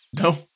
No